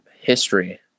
history